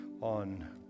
on